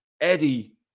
Eddie